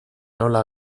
nola